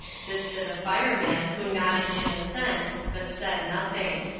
this to the fireman, who nodded in assent, but said nothing.